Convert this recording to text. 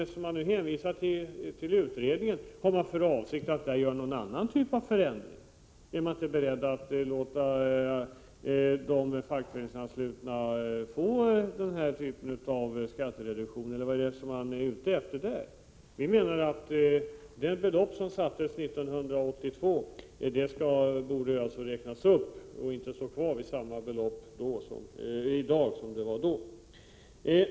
Eftersom ni nu hänvisar till utredningen, undrar jag: Har man för avsikt att där göra någon annan typ av förändring? Är man inte beredd att låta de fackföreningsanslutna få denna typ av skattereduktion? Vad är man ute efter? Vi menar att det belopp som sattes som gräns 1982 bör räknas upp. Man kan inte i dag hålla fast rätten till avdrag vid samma belopp som då.